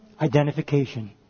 identification